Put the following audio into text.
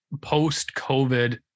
post-COVID